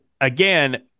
again